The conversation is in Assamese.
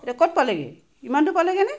এতিয়া ক'ত পালেগৈ ইমান দূৰ পালেগৈনে